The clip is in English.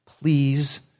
please